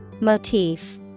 Motif